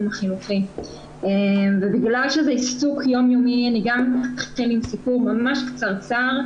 החינוכי ובגלל שזה עיסוק יום-יומי אני גם אתחיל עם סיפור ממש קצרצר,